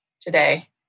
today